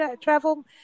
Travel